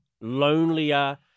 lonelier